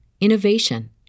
innovation